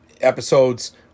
episodes